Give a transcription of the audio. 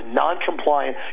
non-compliant